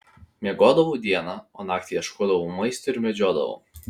miegodavau dieną o naktį ieškodavau maisto ir medžiodavau